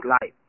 life